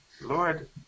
Lord